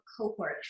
cohort